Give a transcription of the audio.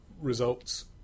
results